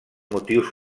motius